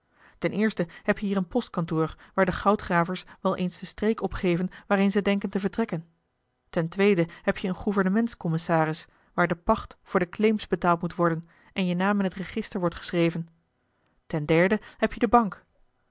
eerste heb je hier een postkantoor waar de goudgravers wel eens de streek opgeven waarheen ze denken te vertrekken ten tweede heb je een gouvernements commissaris waar de pacht voor de claims betaald moet worden en je naam in het register wordt geschreven ten derde heb je de bank